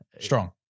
Strong